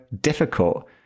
difficult